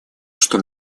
что